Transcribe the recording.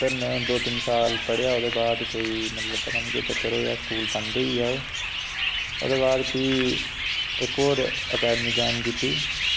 उद्धर में दो तिन्न साल पढ़ेआ ओह्दे बाद कोई मतलब पता निं केह् चक्कर होआ स्कूल बंद होई गेआ ओह् ओह्दे बाद भी इक होर अकैडमी ज्वाइन कीती